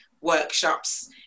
workshops